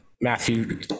Matthew